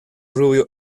rubio